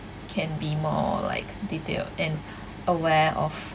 can be more like detail and aware of